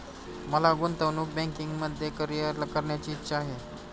मला गुंतवणूक बँकिंगमध्ये करीअर करण्याची इच्छा आहे